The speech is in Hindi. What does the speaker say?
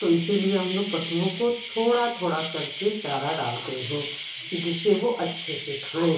तो इसलिए हम लोग पशुओं को थोड़ा थोड़ा करके चारा डालते हैं जिससे वो अच्छे से खाएँ